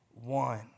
one